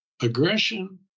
aggression